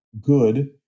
good